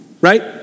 Right